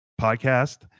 podcast